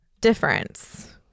difference